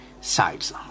sites